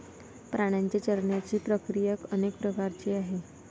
प्राण्यांची चरण्याची प्रक्रिया अनेक प्रकारची आहे